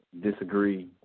disagree